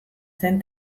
zen